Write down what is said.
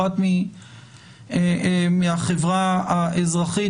האחת מהחברה האזרחית,